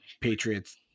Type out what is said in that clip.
Patriots